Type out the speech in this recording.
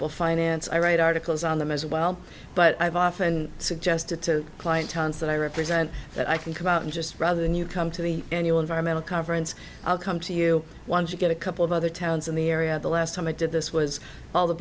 municipal finance i write articles on them as well but i've often suggested to client towns that i represent that i think about and just rather than you come to the annual environmental conference i'll come to you once you get a couple of other towns in the area the last time i did this was all the